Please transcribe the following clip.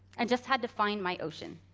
and just had to find my ocean.